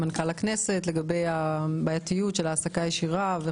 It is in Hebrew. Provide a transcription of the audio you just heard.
מנכ"ל הכנסת לגבי הבעייתיות של העסקה ישירה.